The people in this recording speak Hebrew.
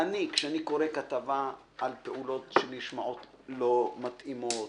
קורא כתבה על פעולות שנשמעות לא מתאימות,